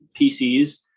PCs